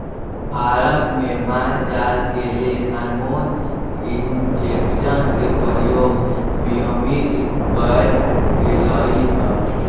भारत में माल जाल के लेल हार्मोन इंजेक्शन के प्रयोग विनियमित कएल गेलई ह